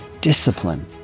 discipline